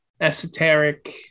esoteric